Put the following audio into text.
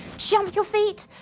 jump your feet!